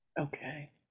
Okay